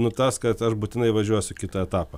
nutars kad aš būtinai važiuosiu kitą etapą